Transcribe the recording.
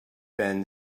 been